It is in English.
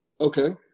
okay